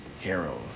Heroes